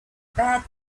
bad